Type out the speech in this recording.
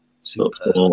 Super